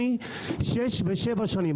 מדובר בשש או שבע שנים.